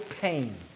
pain